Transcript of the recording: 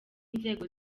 inzego